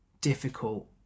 difficult